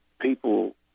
people